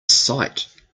sight